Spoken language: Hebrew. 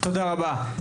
תודה רבה,